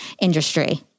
industry